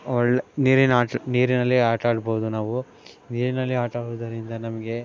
ಒಳ ನೀರಿನ ನೀರಿನಲ್ಲಿ ಆಟಾಡ್ಬೋದು ನಾವು ನೀರಿನಲ್ಲಿ ಆಟಾಡುವುದರಿಂದ ನಮಗೆ